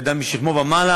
כאדם משכמו ומעלה,